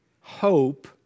hope